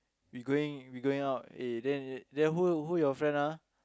we going we going out eh then then who who your friend ah